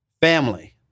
Family